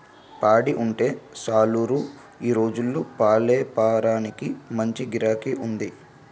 పాడి ఉంటే సాలురా ఈ రోజుల్లో పాలేపారానికి మంచి గిరాకీ ఉంది